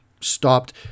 stopped